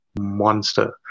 monster